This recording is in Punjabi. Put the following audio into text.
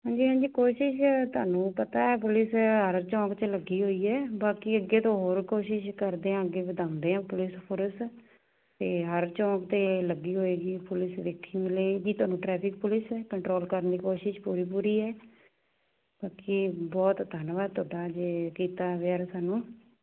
ਹਾਂਜੀ ਹਾਂਜੀ ਕੋਸ਼ਿਸ਼ ਤੁਹਾਨੂੰ ਪਤਾ ਹੈ ਪੁਲਿਸ ਹਰ ਚੌਂਕ 'ਚ ਲੱਗੀ ਹੋਈ ਹੈ ਬਾਕੀ ਅੱਗੇ ਤੋਂ ਹੋਰ ਕੋਸ਼ਿਸ਼ ਕਰਦੇ ਹਾਂ ਅੱਗੇ ਵਧਾਉਂਦੇ ਹਾਂ ਪੁਲਿਸ ਫੋਰਸ ਅਤੇ ਹਰ ਚੌਂਕ 'ਤੇ ਲੱਗੀ ਹੋਏਗੀ ਪੁਲਿਸ ਵੇਖੀ ਮਿਲੇਗੀ ਤੁਹਾਨੂੰ ਟਰੈਫਿਕ ਪੁਲਿਸ ਕੰਟਰੋਲ ਕਰਨ ਦੀ ਕੋਸ਼ਿਸ਼ ਪੂਰੀ ਪੂਰੀ ਹੈ ਬਾਕੀ ਬਹੁਤ ਧੰਨਵਾਦ ਤੁਹਾਡਾ ਜੇ ਕੀਤਾ ਅਵੇਅਰ ਸਾਨੂੰ